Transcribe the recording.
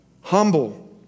humble